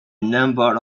number